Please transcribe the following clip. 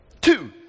Two